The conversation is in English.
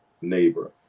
neighbor